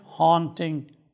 haunting